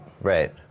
Right